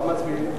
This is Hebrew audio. מה מצביעים?